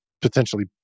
potentially